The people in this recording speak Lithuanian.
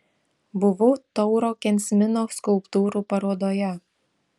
buvau tauro kensmino skulptūrų parodoje